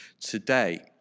today